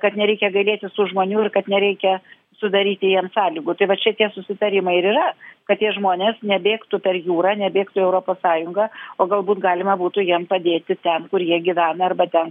kad nereikia gailėtis tų žmonių ir kad nereikia sudaryti jiem sąlygų tai va čia tie susitarimai ir yra kad tie žmonės nebėgtų per jūrą nebėgtų į europos sąjungą o galbūt galima būtų jiem padėti ten kur jie gyvena arba ten